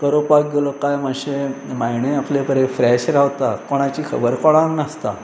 गरोवपाक गेलो काय मातशें मायंडूय आपलें बरें फ्रेश रावता कोणाची खबर कोणाक नासता